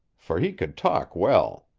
for he could talk well.